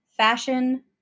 Fashion